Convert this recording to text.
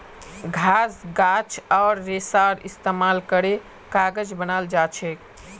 घास गाछ आर रेशार इस्तेमाल करे कागज बनाल जाछेक